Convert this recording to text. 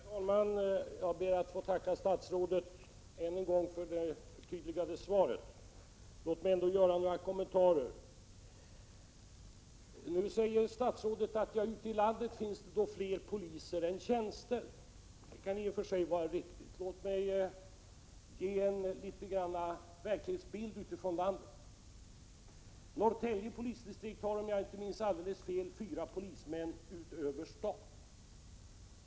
Herr talman! Jag ber att ännu en gång få tacka statsrådet för förtydligandet av svaret. Låt mig ändå få göra några kommentarer. Nu säger statsrådet att det ute i landet finns fler poliser än polistjänster. Detta kan i och för sig vara riktigt. Låt mig ge en bild av verkligheten ute i landet. Norrtälje polisdistrikt har, om jag inte minns alldeles fel, fyra polismän utöver stat.